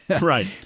Right